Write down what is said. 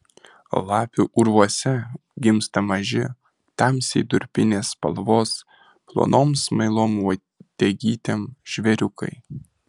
lapių urvuose gimsta maži tamsiai durpinės spalvos plonom smailom uodegytėm žvėriukai